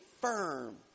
firm